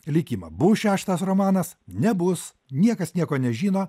likimą bus šeštas romanas nebus niekas nieko nežino